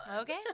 Okay